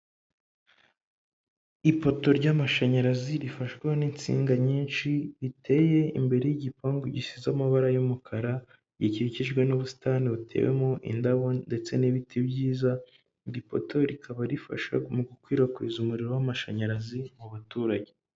Ipoto ry'amashanyarazi rifashweho n'insinga nyinshi, riteye imbere y'igipangu gisize amabara y'umukara, gikikijwe n'ubusitani butewemo indabo ndetse n'ibiti byiza, iri poto rikaba rifasha mu gukwirakwiza umuriro w'amashanyarazi mu baturage.